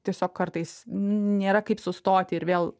tiesiog kartais nėra kaip sustoti ir vėl